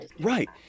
Right